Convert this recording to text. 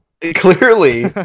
Clearly